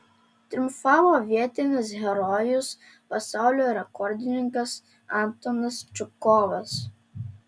triumfavo vietinis herojus pasaulio rekordininkas antonas čupkovas